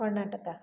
Karnataka